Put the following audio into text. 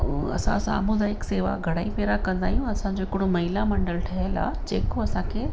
असां सामुदायिक शेवा घणेई भेरा कंदा आहियूं असांजो हिकिड़ो महिला मंडल ठहियल आहे जेको असांखे